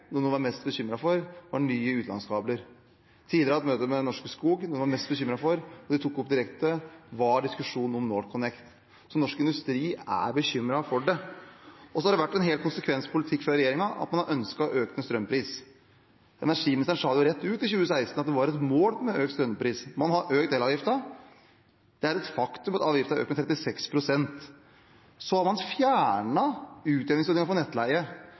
Noe av det de var mest bekymret for, var nye utenlandskabler. Tidligere har jeg hatt møte med Norske Skog, og det de var mest bekymret for og tok opp direkte, var diskusjonen om NorthConnect. Norsk industri er bekymret for det. Det har vært en helt konsekvent politikk fra regjeringens side at man har ønsket økende strømpris. Energiministeren sa rett ut i 2016 at det var et mål med økt strømpris. Man har økt elavgiften. Det er et faktum at avgiften har økt med 36 pst. Så har man fjernet utjevningsordningen på nettleie. Før hadde man en tilskuddsordning for nettleie